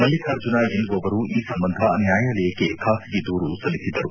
ಮಲ್ಲಿಕಾರ್ಜುನ ಎನ್ನುವವರು ಈ ಸಂಬಂಧ ನ್ಯಾಯಾಲಯಕ್ಕೆ ಖಾಸಗಿ ದೂರು ಸಲ್ಲಿಸಿದ್ದರು